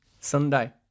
Sunday